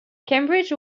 cambridge